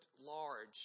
large